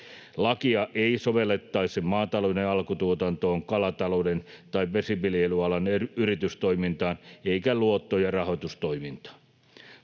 Lakia ei sovellettaisi maatalouden alkutuotannon, kalatalouden tai vesiviljelyalan yritystoimintaan eikä luotto- ja rahoitustoimintaan.